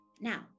Now